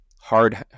hard